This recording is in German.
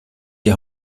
die